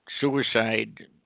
suicide